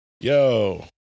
yo